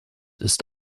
ist